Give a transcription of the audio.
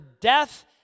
death